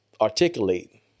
articulate